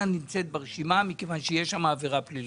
נמצאת ברשימה מכיוון שיש שם עבירה פלילית.